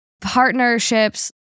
partnerships